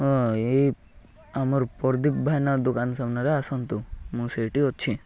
ହଁ ଏଇ ଆମର ପରଦୀପ୍ ଭାଇନା ଦୋକାନ ସାମ୍ନାରେ ଆସନ୍ତୁ ମୁଁ ସେଇଠି ଅଛି